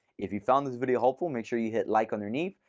if you've found this video helpful, make sure you hit like underneath,